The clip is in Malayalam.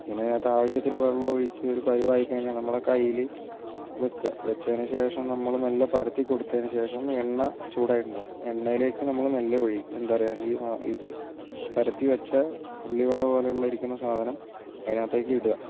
പിന്നെ അതിനകത്ത് ആവശ്യത്തിന് വെള്ളം ഒഴിച്ച് ഒരു പരുവം ആയി കഴിഞ്ഞാൽ നമ്മുടെ കയ്യിൽ വെക്കുക വെച്ചതിന് ശേഷം നമ്മള് മെല്ലെ പരത്തി കൊടുത്തത്തിന് ശേഷം എണ്ണ ചൂടായിട്ടുണ്ടാവും എണ്ണയിലേക്ക് നമ്മൾ മെല്ലെ ഒഴിക്കുക എന്താ പറയാ ഈ സാധനം ഇത് പരത്തി വെച്ച ഉള്ളിവട പോലെ ഇരിക്കുന്ന സാധനം അതിനകത്തേക്ക് ഇടുക